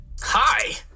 hi